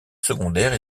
secondaire